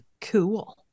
Cool